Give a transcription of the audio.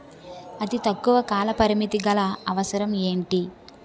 అతి తక్కువ కాల పరిమితి గల అవసరం ఏంటి